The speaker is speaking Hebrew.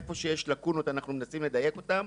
איפה שיש לקונות אנחנו מנסים לדייק אותם,